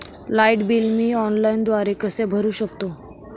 Light bill मी ऑनलाईनद्वारे कसे भरु शकतो?